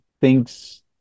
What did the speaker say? thinks